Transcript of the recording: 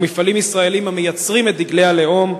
ומפעלים ישראליים המייצרים את דגלי הלאום,